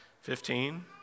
Fifteen